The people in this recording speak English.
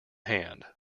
hand